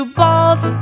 bald